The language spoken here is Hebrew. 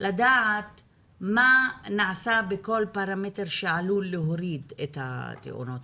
אנחנו צריכים לדעת מה נעשה בכל פרמטר שעשוי להוריד את התאונות,